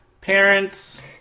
Parents